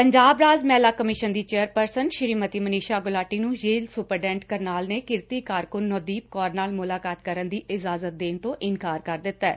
ਪੰਜਾਬ ਰਾਜ ਮਹਿਲਾ ਕਮਿਸ਼ਨ ਦੀ ਚੇਅਰਪਰਸਨ ਸ੍ਰੀਮਤੀ ਮਨੀਸ਼ਾ ਗੁਲਾਟੀ ਨੂੰ ਜੇਲ਼ ਸੁਪਰਡੈ'ਟ ਕਰਨਾਲ ਨੇ ਕਿਰਤੀ ਕਾਰਕੁਨ ਨੌਦੀਪ ਕੌਰ ਨਾਲ ਮੁਲਾਕਾਤ ਕਰਨ ਦੀ ਇਜਾਜ਼ਤ ਦੇਣ ਤੋਂ ਇਨਕਾਰ ਕਰ ਦਿੱਤੈ